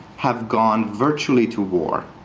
have gone virtually to war.